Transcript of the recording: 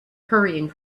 hurrying